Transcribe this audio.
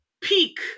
peak